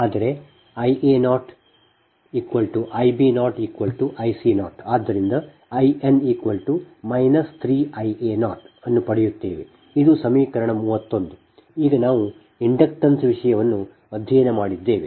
ಆದರೆ Ia0Ib0Ic0 ಆದ್ದರಿಂದ In 3Ia0 ಅನ್ನು ಪಡೆಯುತ್ತೇವೆ ಇದು ಸಮೀಕರಣ 31 ಈಗ ನಾವು ಇಂಡಕ್ಟನ್ಸ್ ವಿಷಯವನ್ನು ನಾವು ಅಧ್ಯಯನ ಮಾಡಿದ್ದೇವೆ